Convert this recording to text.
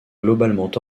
globalement